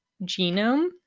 genome